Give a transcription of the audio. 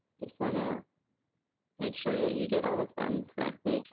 just want to make sure that you get all of them correctly.